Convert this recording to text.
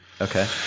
Okay